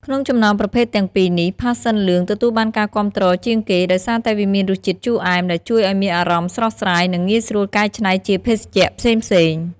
ក្នុងចំណោមប្រភេទទាំងពីរនេះ ផាសសិនលឿង ទទួលបានការគាំទ្រជាងគេ ដោយសារតែវាមានរសជាតិជូរអែមដែលជួយឲ្យមានអារម្មណ៍ស្រស់ស្រាយ និងងាយស្រួលកែច្នៃជាភេសជ្ជៈផ្សេងៗ។